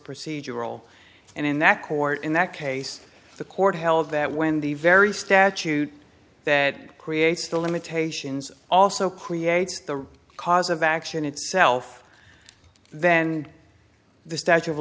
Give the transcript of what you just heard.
procedural and in that court in that case the court held that when the very statute that creates the limitations also creates the cause of action itself then the statue of